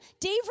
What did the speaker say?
Dave